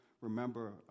remember